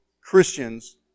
Christians